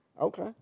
Okay